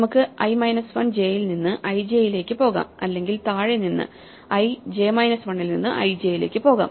നമുക്ക് i 1 j ൽ നിന്ന് i j ലേക്ക് പോകാം അല്ലെങ്കിൽ താഴെ നിന്നു i j 1 ൽ നിന്ന് i j ലേക്ക് പോകാം